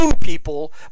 people